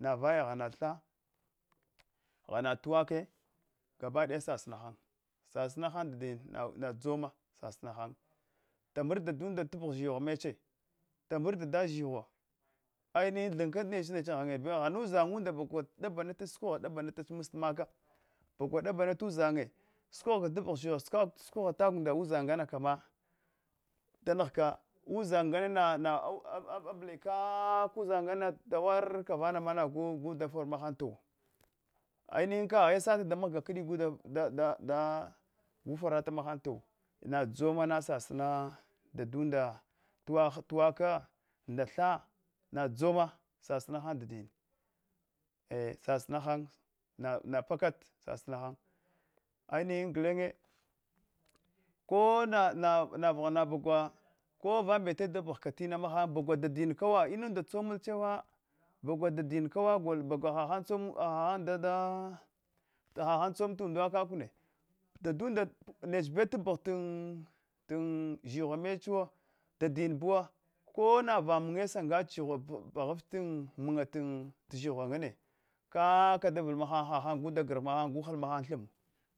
Navaya ghana tha, ghana tuwaka gabaɗaya sasina han, sasina han dadin nadzoma sasina han, kamar dalunda tapgha zhigh meche, kamar dada zhgha aimhi thinka neche neche bewo, ghana ushanya da mɓakuɗ ɗabanata sukogha ɗabanatach mustanmaka, bagwa ɗabanatana uzhannye sukogh da pgh zhighwe, sukogh-sukogh sukogh na tag ndu uzhan ngana kana da nghaka uzhan ngana na na abli ka-ka uzhan ngana tawar ka vanana nagu gu dafor maham towa, ainih kaghe sata ɗanghgama guda dada gu farata maham towa nadzomana sasina dadunda, tuwaka tuwoka, nda tha nadzoma sasin han dadin e-sasina han na pakad sasina han ainihin gulenye kon vaghan baghwa kovambete dapghab tina maham bagwaɓa dadin kawa inun nda tsomun chewa bagwa dadin kuwa hahan nda, hahan tsom tu und kakune dadanda nebbewa tapghche tn tn tn zhigh mechewo dadin buwa kona sangach zhigh paghavt mnne ka, kadavl mahan haha gudagih mahan guda hal ta thin